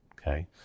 Okay